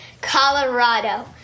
Colorado